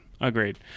agreed